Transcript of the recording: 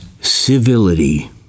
civility